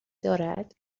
دارد